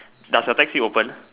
does the taxi open